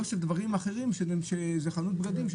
לא שזה חנות בגדים.